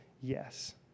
Yes